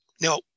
Now